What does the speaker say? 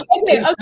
Okay